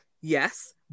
Yes